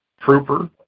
Trooper